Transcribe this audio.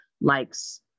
likes